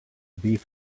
beef